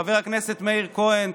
חבר הכנסת מאיר כהן,